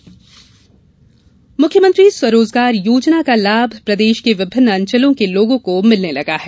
ground report e rickshaw मुख्यमंत्री स्वरोजगार योजना का लाभ प्रदेश के विभिन्न अंचलों के लोगों को मिलने लगा है